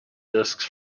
disks